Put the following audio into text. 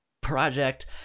project